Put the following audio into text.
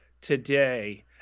today